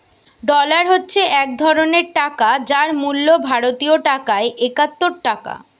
dollar হচ্ছে এক ধরণের টাকা যার মূল্য ভারতীয় টাকায় একাত্তর টাকা